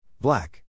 black